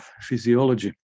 physiology